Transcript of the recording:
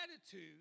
attitude